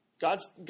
God's